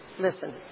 listen